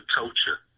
culture